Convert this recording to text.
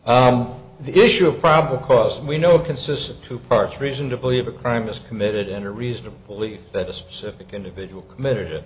on the issue of probable cause we know consists of two parts reason to believe a crime is committed and a reason to believe that a specific individual committed